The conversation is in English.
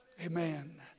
Amen